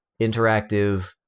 interactive